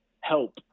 help